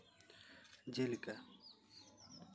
ᱡᱮᱞᱮᱠᱟ